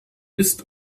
ist